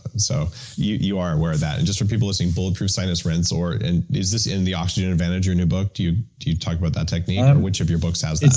and so you you are aware of that, and just for people listening bulletproof sinus rinse or. and is this in the oxygen advantage, your new book? do you do you talk about that technique? which of your books has that?